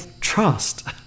Trust